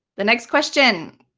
the next question